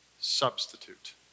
Substitute